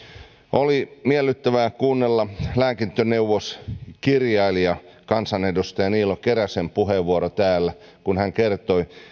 oli miellyttävää kuunnella lääkintöneuvos kirjailija kansanedustaja niilo keräsen puheenvuoro täällä kun hän kertoi